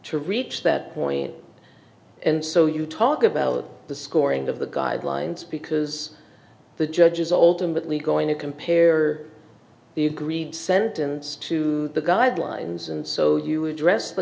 to reach that point and so you talk about the scoring of the guidelines because the judge is alternately going to compare the agreed sentence to the guidelines and so you address the